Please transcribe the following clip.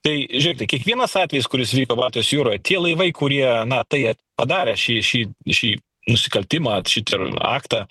tai žiūrėkit kiekvienas atvejis kuris vyko baltijos jūroj tie laivai kurie na tai padarė šį šį šį nusikaltimą šiter aktą